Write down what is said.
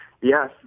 Yes